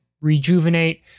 rejuvenate